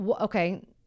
okay